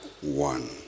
one